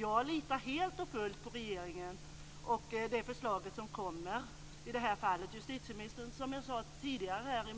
Jag litar helt och fullt på regeringen och det förslag som kommer i det här fallet. Som jag nyss sade som